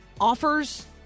offers